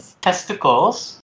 Testicles